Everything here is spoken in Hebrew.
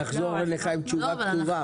נחזור אליך עם תשובה.